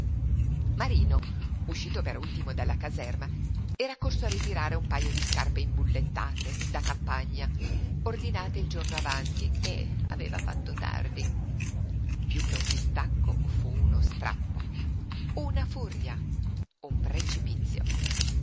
marino uscito per ultimo dalla caserma era corso a ritirate un pajo di scarpe imbullettate da campagna ordinate il giorno avanti e aveva fatto tardi piú che un distacco fu uno strappo una furia un precipizio